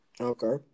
Okay